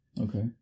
Okay